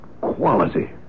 quality